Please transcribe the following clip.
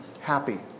happy